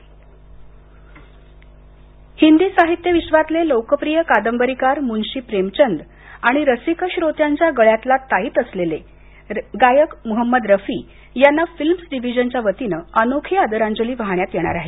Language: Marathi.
फिल्म डिव्हीजन हिंदी साहित्य विश्वातले लोकप्रिय कादंबरीकार मुन्शी प्रेमचंद आणि रसिक श्रोत्यांच्या गळ्यातला ताईत असलेले गायक मोहमद रफी यांना फिल्म डिव्हीजनच्या वतीनं अनोखी आदरांजली वाहण्यात येणार आहे